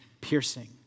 piercing